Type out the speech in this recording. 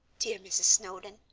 dear mrs. snowdon,